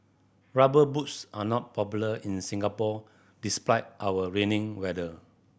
Rubber Boots are not popular in Singapore despite our raining weather